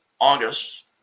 August